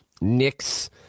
Knicks